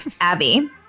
Abby